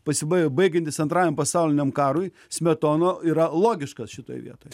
pasibai baigiantis antrajam pasauliniam karui smetona yra logiškas šitoj vietoj